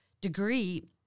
degree